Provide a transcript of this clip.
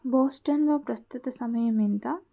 బోస్టన్లో ప్రస్తుత సమయం ఎంత